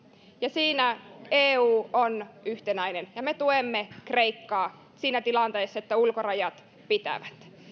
ja siinä eu on yhtenäinen me tuemme kreikkaa siinä tilanteessa että ulkorajat pitävät